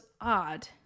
odd